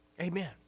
Amen